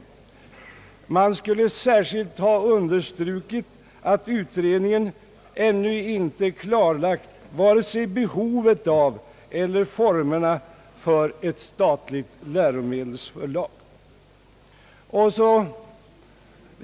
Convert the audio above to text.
Man skulle särskilt ha understrukit att utredningen ännu inte klarlagt vare sig behovet av eller formerna för ett statligt läromedelsförlag.